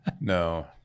No